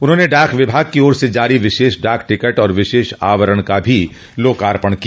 उन्होंने डाक विभाग की ओर से जारी विशेष डाक टिकट और विशेष आवरण का भी लोकार्पण किया